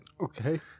Okay